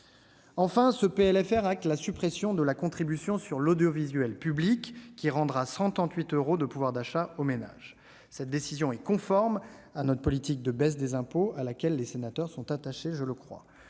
Enfin, ce PLFR acte la suppression de la contribution sur l'audiovisuel public, qui rendra 138 euros de pouvoir d'achat aux ménages. Cette décision est conforme à notre politique de baisse des impôts, à laquelle les sénateurs sont attachés, me semble-t-il.